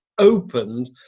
opened